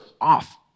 off